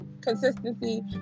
consistency